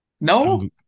No